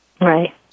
right